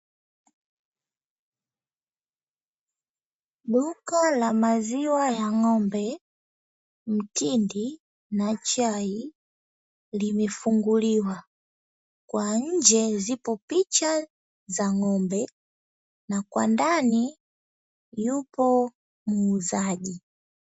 Duka la maziwa ya ng'ombe, mtindi na chai limefunguliwa. Kwa nje zipo picha za ng'ombe na kwa ndani yupo muuzaji.